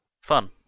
Fun